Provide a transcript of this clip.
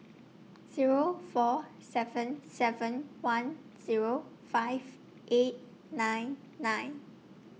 Zero four seven seven one Zero five eight nine nine